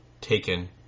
taken